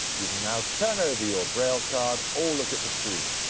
you can now turn over your braille card or look at the screen.